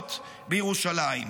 עצמאיות בירושלים.